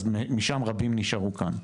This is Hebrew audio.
אז רבים נשארו כאן.